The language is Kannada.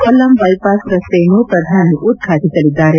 ಕೊಲ್ಲಂ ಬೈಪಾಸ್ ರಸ್ತೆಯನ್ನು ಪ್ರಧಾನಿ ಉದ್ಘಾಟಸಲಿದ್ದಾರೆ